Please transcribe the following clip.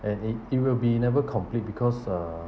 and it it will be never complete because uh